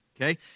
Okay